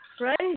Right